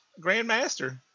Grandmaster